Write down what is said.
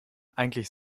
eigentlich